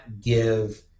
give